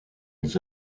ils